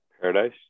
Paradise